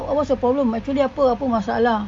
what's your problem actually apa apa masalah